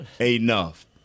enough